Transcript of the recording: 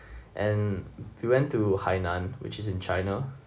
and we went to hainan which is in china